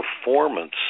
performance